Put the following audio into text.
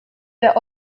der